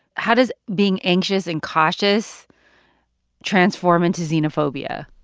how does being anxious and cautious transform into xenophobia?